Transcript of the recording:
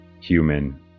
human